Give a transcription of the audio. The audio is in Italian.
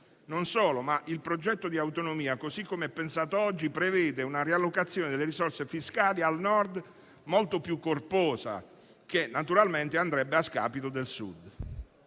Non solo. Il progetto di autonomia, così come pensato oggi, prevede una riallocazione delle risorse fiscali al Nord molto più corposa, che naturalmente andrebbe a scapito del Sud.